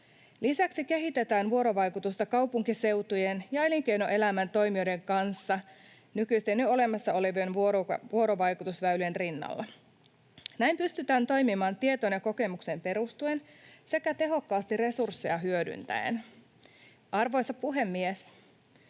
Lisäksi kehitetään vuorovaikutusta kaupunkiseutujen ja elinkeinoelämän toimijoiden kanssa nykyisten, jo olemassa olevien vuorovaikutusväylien rinnalla. Näin pystytään toimimaan tietoon ja kokemukseen perustaen sekä tehokkaasti resursseja hyödyntäen. Arvoisa puhemies!